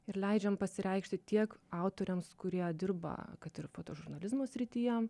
ir leidžiam pasireikšti tiek autoriams kurie dirba kad ir foto žurnalizmo srityje